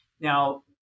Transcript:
Now